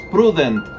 Prudent